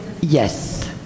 Yes